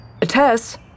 Tess